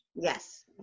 yes